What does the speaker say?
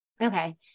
Okay